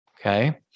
Okay